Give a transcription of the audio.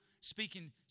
speaking